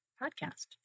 podcast